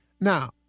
Now